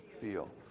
feel